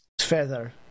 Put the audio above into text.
Feather